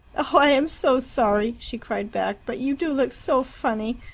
i am so sorry, she cried back, but you do look so funny.